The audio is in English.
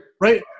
Right